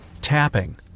Tapping